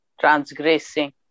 Transgressing